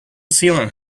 sealant